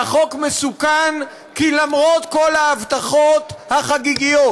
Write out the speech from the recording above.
והחוק מסוכן כי למרות כל ההבטחות החגיגיות,